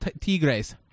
tigres